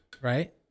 Right